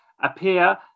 appear